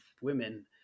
women